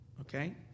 Okay